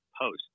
post